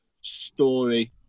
Story